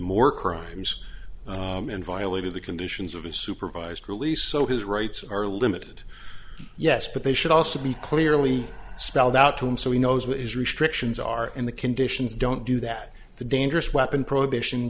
more crimes and violated the conditions of a supervised release so his rights are limited yes but they should also be clearly spelled out to him so he knows what his restrictions are in the conditions don't do that the dangerous weapon prohibition